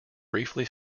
briefly